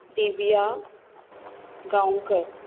Divya Gaonkar